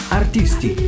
artisti